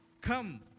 come